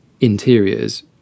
interiors